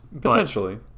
Potentially